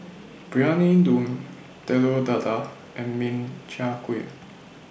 Briyani Dum Telur Dadah and Min Chiang Kueh